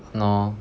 !hannor!